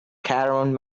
caravan